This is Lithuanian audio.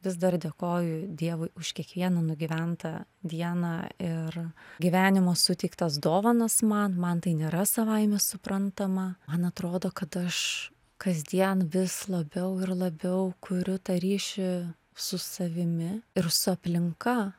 vis dar dėkoju dievui už kiekvieną nugyventą dieną ir gyvenimo suteiktas dovanas man man tai nėra savaime suprantama man atrodo kad aš kasdien vis labiau ir labiau kuriu tą ryšį su savimi ir su aplinka